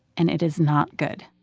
and it is not good.